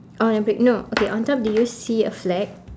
on the pic no okay on top do you see a flag